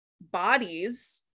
bodies